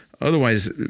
Otherwise